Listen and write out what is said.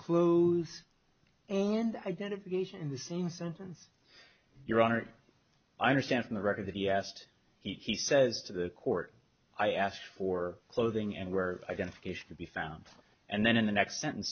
clothes and identification in the same sentence your honor i understand from the record that he asked he says to the court i asked for clothing and where identification to be found and then in the next sentence